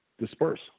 disperse